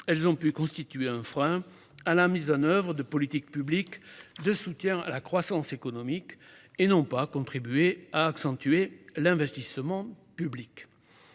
elles ont pu constituer un frein à la mise en oeuvre de politiques publiques de soutien à la croissance économique et n'ont pas contribué à accentuer l'investissement public.